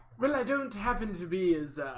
well i don't happen to be as